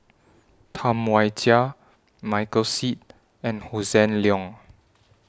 Tam Wai Jia Michael Seet and Hossan Leong